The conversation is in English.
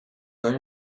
learn